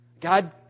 God